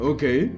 Okay